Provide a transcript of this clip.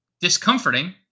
discomforting